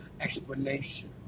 explanation